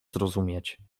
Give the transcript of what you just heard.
zrozumieć